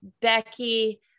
Becky